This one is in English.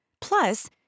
Plus